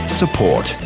support